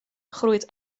groeit